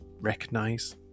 recognize